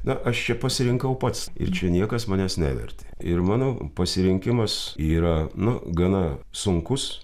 na aš čia pasirinkau pats ir čia niekas manęs nevertė ir mano pasirinkimas yra nu gana sunkus